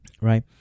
right